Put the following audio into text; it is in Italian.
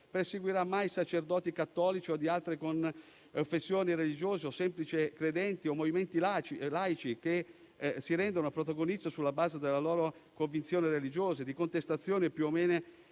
perseguirà mai sacerdoti cattolici o di altre confessioni religiose, semplici credenti o movimenti laici che si rendano protagonisti, sulla base delle loro convinzioni religiose, di contestazioni più o meno